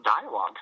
dialogue